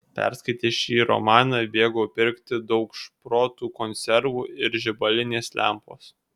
perskaitęs šį romaną bėgau pirkti daug šprotų konservų ir žibalinės lempos